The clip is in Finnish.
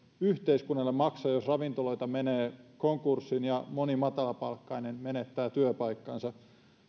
yhteiskunnalle maksaa jos ravintoloita menee konkurssiin ja moni matalapalkkainen menettää työpaikkansa